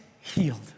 healed